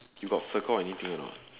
you got circle anything or not